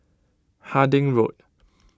Harding Road